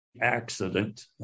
accident